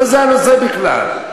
לא זה הנושא בכלל.